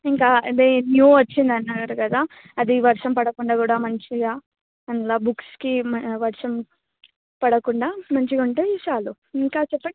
ఇంకా అదే న్యూ వచ్చిందన్నారు కదా అది వర్షం పడకుండా కూడా మంచిగా అందులో బుక్స్కి వర్షం పడకుండా మంచిగా ఉంటే చాలు ఇంకా చెప్పండి